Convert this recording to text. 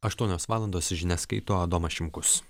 aštuonios valandos žinias skaito adomas šimkus